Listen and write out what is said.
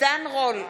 עידן רול,